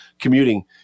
commuting